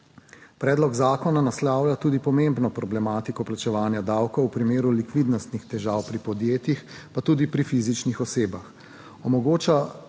Predlog zakona naslavlja tudi pomembno problematiko plačevanja davkov v primeru likvidnostnih težav pri podjetjih, pa tudi pri fizičnih osebah. Omogočanje